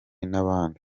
n’abandi